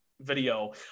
video